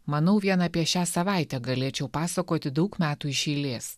manau vien apie šią savaitę galėčiau pasakoti daug metų iš eilės